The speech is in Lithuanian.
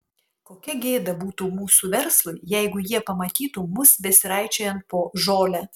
kokia gėda būtų mūsų verslui jeigu jie pamatytų mus besiraičiojant po žolę